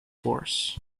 force